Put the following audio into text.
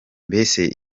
mbese